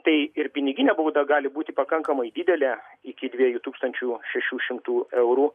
tai ir piniginė bauda gali būti pakankamai didelė iki dviejų tūkstančių šešių šimtų eurų